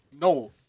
no